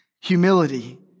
humility